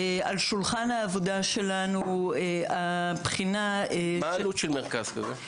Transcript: על שולחן העבודה שלנו הבחינה --- מה העלות של מרכז כזה?